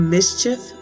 Mischief